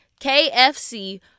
KFC